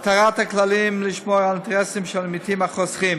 מטרת הכללים לשמור על האינטרסים של העמיתים החוסכים.